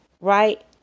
right